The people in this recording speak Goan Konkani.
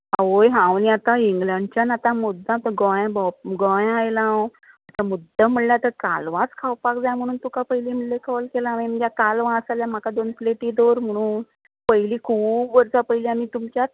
आवय हांव न्हय आता इंगलंडच्यान आतां मुद्दम गोंया भोवं गोंया आयला हांव आतां मुद्दम म्हणलें कालवांच खावपाक जाय म्हणून तुका पयलीं म्हणलें कॉल केलो हांवें कित्याक कालवं आसा जाल्यार म्हाका दोन प्लॅटी दवर म्हणून पयली खूब वर्सा पयलीं आमी तुमच्याच